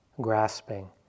grasping